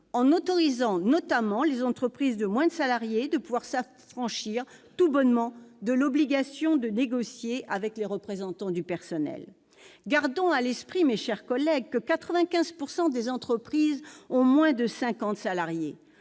en autorisant notamment les entreprises de moins de 50 salariés à s'affranchir tout bonnement de l'obligation de négocier avec les représentants du personnel. Gardons à l'esprit, mes chers collègues, que 95 % des entreprises ont moins de 50 salariés.